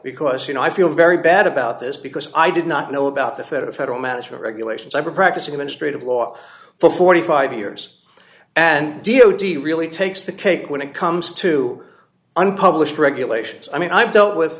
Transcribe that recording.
because you know i feel very bad about this because i did not know about the federal federal management regulations ever practicing a ministry of law for forty five years and d o d really takes the cake when it comes to unpublished regulations i mean i've dealt